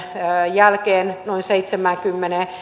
jälkeen noin seitsemäänkymmeneen